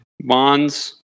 Bonds